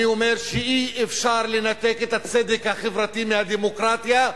אני אומר שאי-אפשר לנתק את הצדק החברתי מהדמוקרטיה,